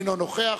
אינו נוכח,